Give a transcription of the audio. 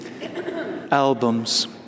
Albums